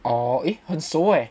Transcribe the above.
oh eh 很廋 eh